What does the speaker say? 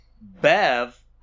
Bev